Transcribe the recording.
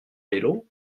vélo